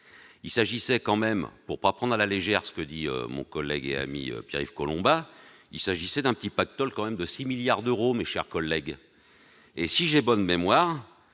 il s'agissait quand même pour pas prendre à la légère ce que dit mon collègue et ami Pierre-Yves Collombat, il s'agissait d'un petit pactole quand même de 6 milliards d'euros, mes chers collègues, et si j'ai bonne mémoire,